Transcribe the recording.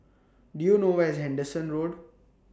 Do YOU know Where IS Henderson Road